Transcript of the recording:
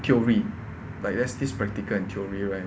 theory like there's this practical and theory right